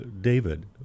David